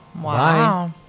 Wow